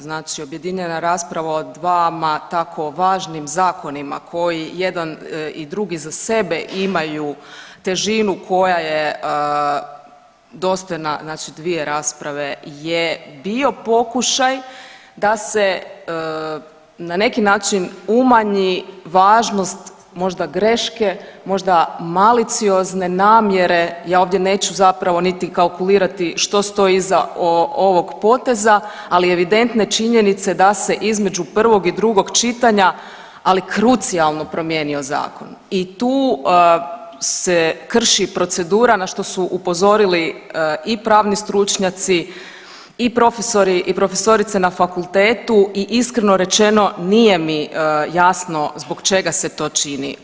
Znači objedinjena rasprava o dvama tako važnim zakonima koji jedan i drugi za sebe imaju težinu koja je dostojna znači dvije rasprave je bio pokušaj da se na neki način umanji važnost, možda greške, možda maliciozne namjere, ja ovdje neću zapravo niti kalkulirati što stoji iza ovog poteza, ali evidentne činjenice da se između prvog i drugog čitanja, ali krucijalno promijenio Zakon i tu se krši procedura, na što su upozorili i pravni stručnjaci i profesori i profesorice na fakultetu i iskreno rečeno, nije mi jasno zbog čega se to čini.